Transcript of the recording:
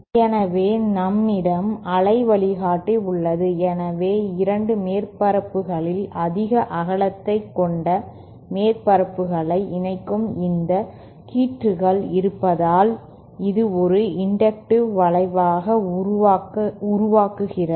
எனவே நம்மிடம்டம் அலை வழிகாட்டி உள்ளது எனவே 2 மேற்பரப்புகளின் அதிக அகலத்தைக் கொண்ட மேற்பரப்புகளை இணைக்கும் இந்த கீற்றுகள் இருந்தால் இது ஒரு இன்டக்டிவ் விளைவை உருவாக்குகிறது